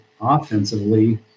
offensively